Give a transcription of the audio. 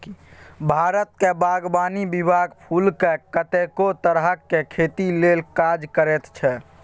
भारतक बागवानी विभाग फुलक कतेको तरहक खेती लेल काज करैत छै